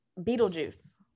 beetlejuice